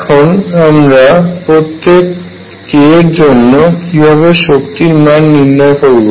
এখন আমরা প্রত্যেক k এর জন্য কিভাবে শক্তির মান নির্ণয় করব